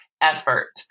effort